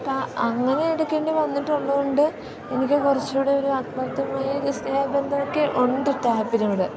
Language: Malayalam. അപ്പോൾ അങ്ങനെ എടുക്കേണ്ടി വന്നിട്ടുള്ളതുകൊണ്ട് എനിക്ക് കുറച്ചുകൂടി ഒരു ആത്മർത്ഥമായൊരു സ്നേഹബന്ധമൊക്കെ ഉണ്ട് ടാപ്പിനോട്